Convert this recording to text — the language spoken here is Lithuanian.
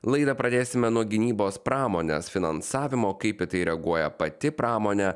laidą pradėsime nuo gynybos pramonės finansavimo kaip į tai reaguoja pati pramonė